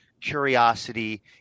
curiosity